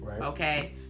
okay